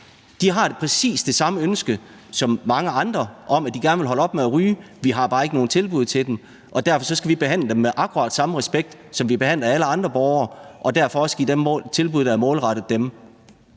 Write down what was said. De har præcis det samme ønske som mange andre om gerne at ville holde op med at ryge, men vi har bare ikke nogen tilbud til dem. Derfor skal vi behandle dem med akkurat samme respekt, som vi behandler alle andre borgere, og derfor også give dem tilbud, der er målrettet dem.